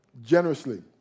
generously